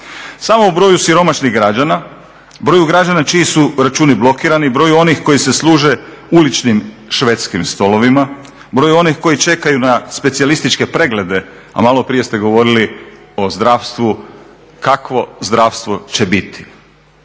Samo o broju siromašnih građana, broju građana čiji su računi blokirani, broju onih koji se služe uličnim švedskim stolovima, broju onih koji čekaju na specijalističke preglede, a malo prije ste govorili o zdravstvu kakvo zdravstvo će biti.